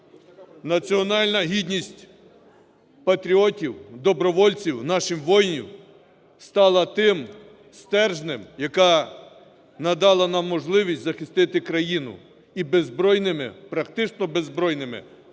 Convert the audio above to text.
національна гідність патріотів, добровольців, наших воїнів стала тим стержнем, який надав нам можливість захистити країну і беззбройними, практично беззбройними,